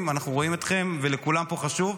אנחנו רואים אתכן ולכולם פה חשוב.